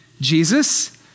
Jesus